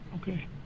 Okay